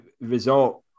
result